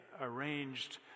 arranged